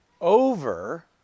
over